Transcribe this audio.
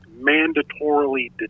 mandatorily